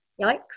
Yikes